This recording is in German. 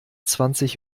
zwanzig